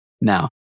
Now